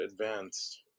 advanced